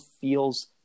feels